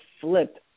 flip